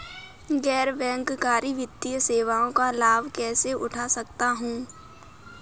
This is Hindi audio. गैर बैंककारी वित्तीय सेवाओं का लाभ कैसे उठा सकता हूँ?